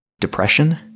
depression